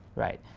right,